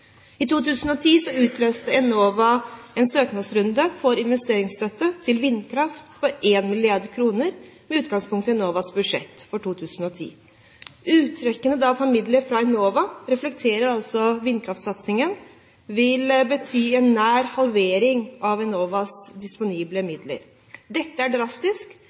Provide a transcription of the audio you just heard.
I 2010 utlyste Enova en søknadsrunde for investeringsstøtte til vindkraft på 1 mrd. kr med utgangspunkt i Enovas budsjett for 2010. Uttrekkene, da formidlet fra Enova, reflekterer altså vindkraftsatsingen, og vil bety en nær halvering av Enovas disponible midler. Dette er drastisk.